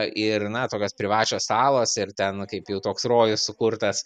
ir na tokios privačios salos ir ten kaip jau toks rojus sukurtas